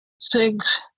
Six